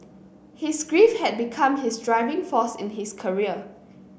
his grief had become his driving force in his career